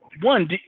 one